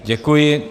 Děkuji.